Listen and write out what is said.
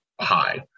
high